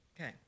Okay